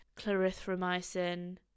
clarithromycin